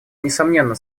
несомненно